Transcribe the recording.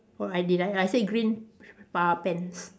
oh I did I I said green uh pants